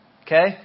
okay